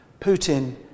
Putin